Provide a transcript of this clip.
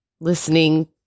listening